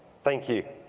thank you.